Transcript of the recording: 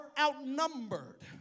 outnumbered